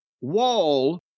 wall